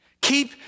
keep